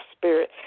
spirit